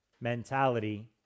mentality